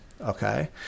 okay